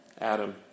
Adam